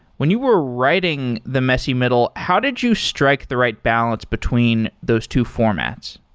when you were writing the messy middle, how did you strike the right balance between those two formats?